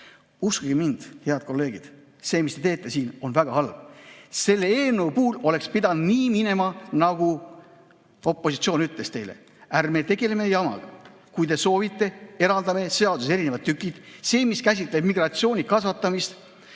mind, head kolleegid, see, mis te siin teete, on väga halb. Selle eelnõu puhul oleks pidanud nii minema, nagu opositsioon ütles teile: ärme tegeleme jamaga. Kui te soovite, eraldame seaduses erinevad tükid. Selle, mis käsitleb migratsiooni kasvatamist,